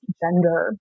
gender